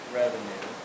revenue